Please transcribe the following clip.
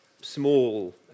small